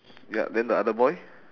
yup then the other boy